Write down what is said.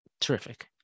Terrific